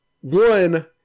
one